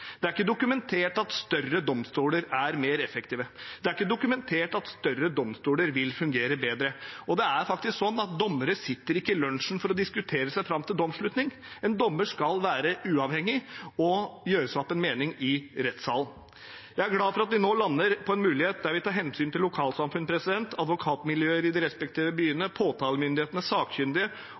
Det er ikke dokumentert at større domstoler er mer effektive. Det er ikke dokumentert at større domstoler vil fungere bedre. Og dommere sitter ikke i lunsjen for å diskutere seg fram til domsslutning. En dommer skal være uavhengig og gjøre seg opp en mening i rettssalen. Jeg er glad for at vi nå lander på en mulighet der vi tar hensyn til lokalsamfunn, advokatmiljøer i de respektive byene, påtalemyndighetene, sakkyndige